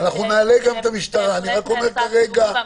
כי זה נעשה בתיאום איתם.